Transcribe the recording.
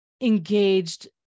engaged